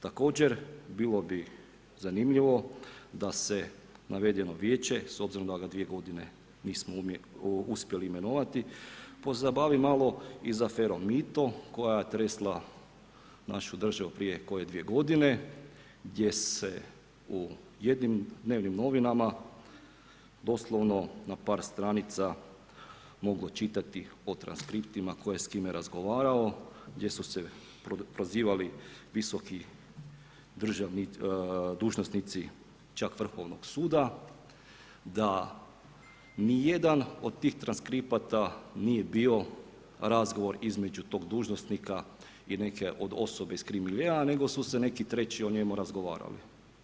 Također bilo bi zanimljivo da se navedeno Vijeće s obzirom da ga dvije godine nismo uspjeli imenovati pozabavi malo i s aferom „Mito“ koja je tresla našu državu prije koje dvije godine gdje se u jednim dnevnim novinama doslovno na par stranica moglo čitati o transkriptima tko je s kime razgovarao gdje su se prozivali visoki državni dužnosnici čak Vrhovnog suda da ni jedan od tih transkripata nije bio razgovor između tog dužnosnika i neke od osobe iz krim-miljea, nego su se neki treći o njemu razgovarali.